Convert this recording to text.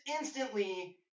instantly